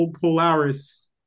Polaris